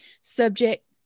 Subject